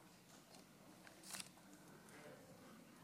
שלוש דקות.